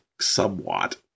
somewhat